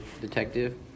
detective